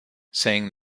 saying